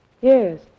Yes